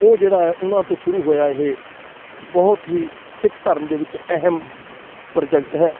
ਉਹ ਜਿਹੜਾ ਉਹਨਾਂ ਤੋਂ ਸ਼ੁਰੂ ਹੋਇਆ ਇਹ ਬਹੁਤ ਹੀ ਸਿੱਖ ਧਰਮ ਦੇ ਵਿੱਚ ਅਹਿਮ ਪ੍ਰੋਜੈਕਟ ਹੈ